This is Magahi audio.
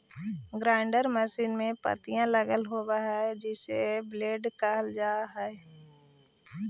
ग्राइण्डर मशीन में पत्तियाँ लगल होव हई जिसे ब्लेड कहल जा हई